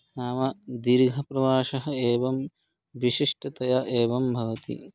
नाम दीर्घप्रवासः एवं विशिष्टतया एवं भवति